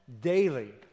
Daily